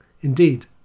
Indeed